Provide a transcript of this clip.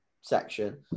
section